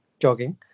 jogging